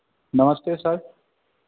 नमस्ते सर